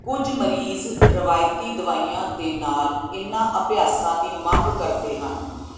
ਕੁਝ ਮਰੀਜ਼ ਰਵਾਇਤੀ ਦਵਾਈਆਂ ਦੇ ਨਾਲ ਇਹਨਾਂ ਅਭਿਆਸਾਂ ਦੀ ਮੰਗ ਕਰਦੇ ਹਨ